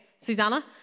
Susanna